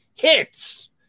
Hits